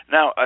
Now